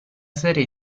serie